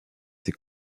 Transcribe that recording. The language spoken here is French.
ses